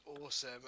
awesome